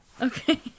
Okay